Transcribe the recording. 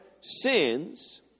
sins